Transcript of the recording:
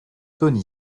tony